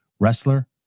wrestler